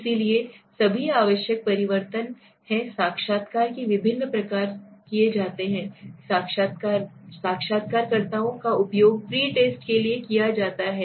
इसलिए सभी आवश्यक परिवर्तन हैं साक्षात्कार के विभिन्न प्रकार किए जाते हैं साक्षात्कारकर्ताओं का उपयोग प्री टेस्ट के लिए किया जाता है